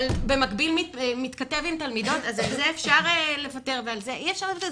אבל במקביל מתכתב עם תלמידות על זה אפשר לוותר ועל זה אי אפשר לוותר?